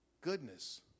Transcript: goodness